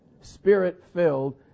spirit-filled